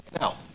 Now